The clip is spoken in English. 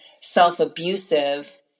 self-abusive